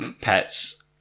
pets